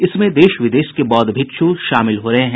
इसमें देश विदेश के बौद्ध भिक्षू शामिल हो रहे हैं